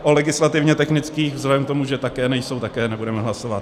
O legislativně technických vzhledem k tomu, že také nejsou, také nebudeme hlasovat.